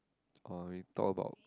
orh we talk about